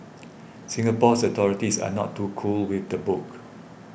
Singapore's authorities are not too cool with the book